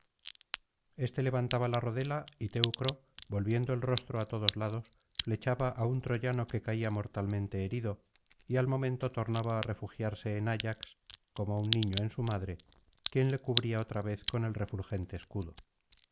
este levantaba la rodela y teucro volviendo el rostro á todos lados flechaba á un troyano que caía mortalmente herido y al momento tornaba á refugiarse en ayax como un niño en su madre quien le cubría otra vez con el refulgente escudo